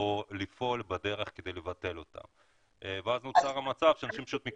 או לפעול כדי לבטל את הכרטיס ואז נוצר שהם מקבלים